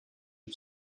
you